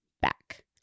back